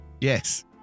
Yes